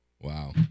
Wow